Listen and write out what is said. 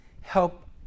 help